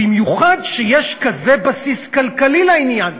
במיוחד כשיש כזה בסיס כלכלי לעניין.